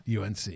UNC